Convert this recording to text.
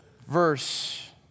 verse